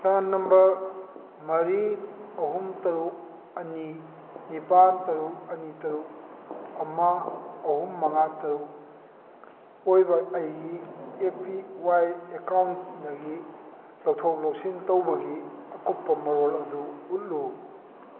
PRAN number ꯃꯔꯤ ꯑꯍꯨꯝ ꯇꯔꯨꯛ ꯑꯅꯤ ꯅꯤꯄꯥꯜ ꯇꯔꯨꯛ ꯑꯅꯤ ꯇꯔꯨꯛ ꯑꯃ ꯑꯍꯨꯝ ꯃꯉꯥ ꯇꯔꯨꯛ ꯑꯣꯏꯕ ꯑꯩꯒꯤ ꯑꯦ ꯄꯤ ꯋꯥꯏ ꯑꯦꯀꯥꯎꯟꯠꯗꯒꯤ ꯂꯧꯊꯣꯛ ꯂꯧꯁꯤꯟ ꯇꯧꯕꯒꯤ ꯑꯀꯨꯞꯄ ꯃꯔꯣꯜ ꯑꯗꯨ ꯎꯠꯂꯨ